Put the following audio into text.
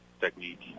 technique